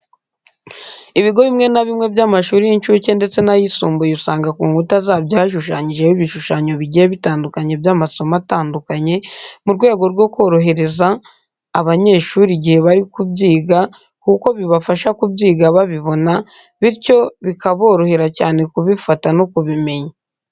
Ibigo bimwe na bimwe by'amashuri y'incuke ndetse n'ayisumbuye usanga ku nkuta zabyo hashushanyijeho ibishushanyo bigiye bitandukanye by'amasomo atandukanye mu rwego rwo korohereza abanyeshuri igihe bari kubyiga kuko bibafasha kubyiga babibona, bityo bikaborohera cyane kubifata no kubimenya.